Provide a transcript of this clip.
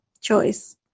choice